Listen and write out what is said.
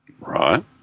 Right